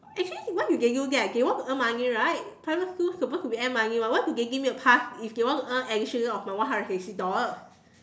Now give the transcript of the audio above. actually what did you get they want to earn money right private schools supposed to earn money one why do they give me a pass if they want to earn an additional of my one hundred and fifty dollars